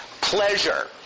pleasure